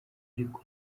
ariko